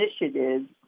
initiatives